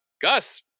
Gus